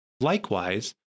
Likewise